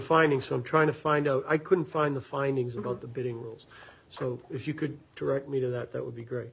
finding some trying to find out i couldn't find the findings about the bidding rules so if you could direct me to that that would be great